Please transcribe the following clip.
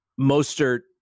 Mostert